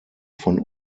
von